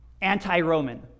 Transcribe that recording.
anti-Roman